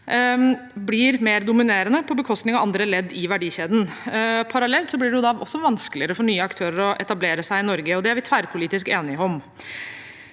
blir mer dominerende på bekostning av andre ledd i verdikjeden. Parallelt blir det også vanskeligere for nye aktører å etablere seg i Norge, og det er vi tverrpolitisk enige om.